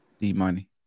D-Money